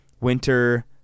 Winter